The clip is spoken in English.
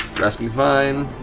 grasping vine.